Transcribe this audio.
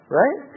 right